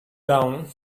down